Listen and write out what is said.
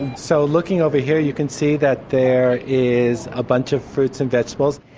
so looking over here you can see that there is a bunch of fruits and vegetables.